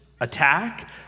attack